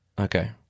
Okay